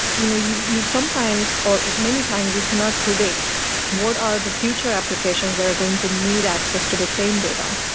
you know you you sometimes, or at many times, you cannot predict what are the future applications that are going to need access to the same data.